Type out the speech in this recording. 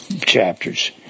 chapters